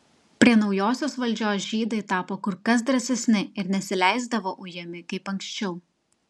prie naujosios valdžios žydai tapo kur kas drąsesni ir nesileisdavo ujami kaip anksčiau